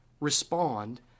respond